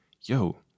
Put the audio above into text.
Yo